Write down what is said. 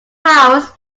hours